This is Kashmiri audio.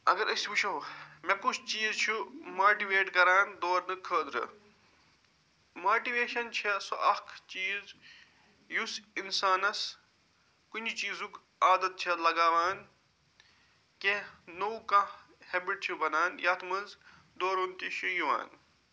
اگر أسۍ وٕچھو مےٚ کُس چیٖز چھُ ماٹِویٹ کران دورنہٕ خٲطرٕ ماٹِویشَن چھےٚ سۄ اکھ چیٖز یُس اِنسانَس کُنہِ چیٖزُک عادت چھےٚ لَگاوان کینٛہہ نوٚو کانٛہہ ہیبِٹ چھُ بنان یتھ مَنٛز دورُن تہِ چھِ یِوان